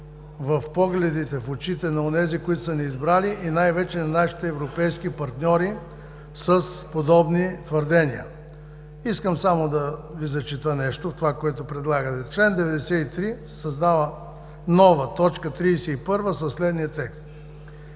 в погледите, в очите на онези, които са ни избрали и най-вече на нашите европейски партньори с подобни твърдения. Искам само да Ви зачета нещо в това, което предлагате. „В чл. 93 се създава нова т. 31 със следния текст: